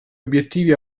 obiettivi